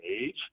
age